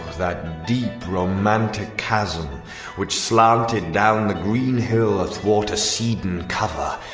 that deep romantic chasm which slanted down the green hill athwart a cedarn cover!